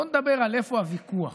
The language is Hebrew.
בואו נדבר על איפה הוויכוח